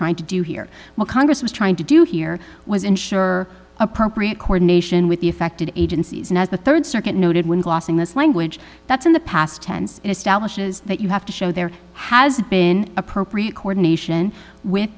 trying to do here well congress was trying to do here was ensure appropriate coordination with the affected agencies and as the rd circuit noted when glossing this language that's in the past tense establishes that you have to show there has been appropriate coordination with